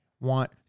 want